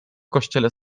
kościele